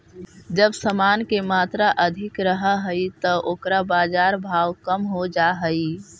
जब समान के मात्रा अधिक रहऽ हई त ओकर बाजार भाव कम हो जा हई